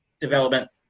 development